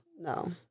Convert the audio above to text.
no